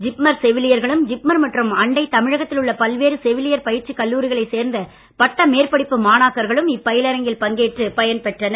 ஜிப்மர் செவிலியர்களும் ஜிப்மர் மற்றும் அண்டை தமிழகத்தில் உள்ள பல்வேறு செவிலியர் பயிற்சி கல்லூரிகளைச் சேர்ந்த பட்ட மேற்படிப்பு மாணாக்கர்களும் இப்பயிலரங்கில் பங்கேற்று பயன்பெற்றனர்